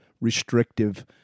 restrictive